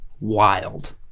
wild